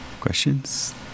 Questions